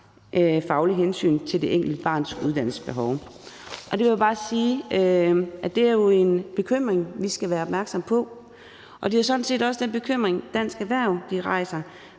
fagligt hensyn til det enkelte barns uddannelsesbehov.« Der vil jeg bare sige, at det jo er en bekymring, vi skal være opmærksomme på, og det er sådan set også den bekymring, som Dansk Erhverv rejser,